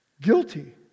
Guilty